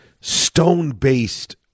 Stone-based